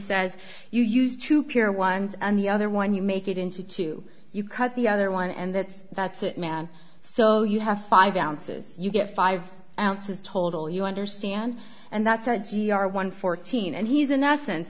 says you used to pure ones and the other one you make it into two you cut the other one and that's that's it man so you have five ounces you get five ounces total you understand and that's a g r one fourteen and he's in essence